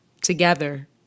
together